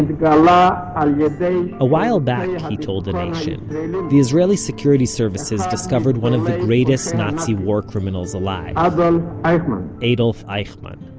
and um ah ah yeah um a while back, he told the israeli security services discovered one of the greatest nazi war criminals alive, ah but um adolf eichmann.